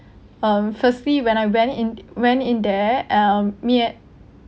um firstly when I went in went in there um me and